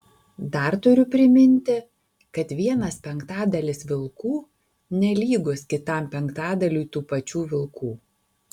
dar turiu priminti kad vienas penktadalis vilkų nelygus kitam penktadaliui tų pačių vilkų